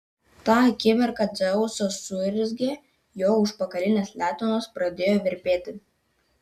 tą akimirką dzeusas suurzgė jo užpakalinės letenos pradėjo virpėti